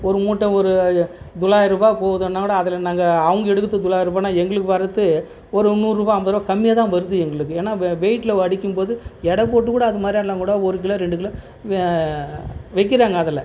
ஒரு மூட்டை ஒரு தொள்ளாயர ரூபாய் போகுதுன்னா கூட அதில் நாங்கள் அவங்க எடுக்கிறத்துக்கு தொள்ளயார ரூபாய்ன்னா எங்களுக்கு வரது ஒரு நூறு ரூபாய் ஐம்பது ரூபாய் கம்மியாக தான் வருது எங்களுக்கு ஏன்னால் வெய்ட்டில் வடிக்கும் போது எடை போட்டு கூட அது மாதிரி எல்லாம் கூட ஒரு கிலோ ரெண்டு கிலோ விற்கிறாங்க அதில்